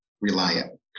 Reliant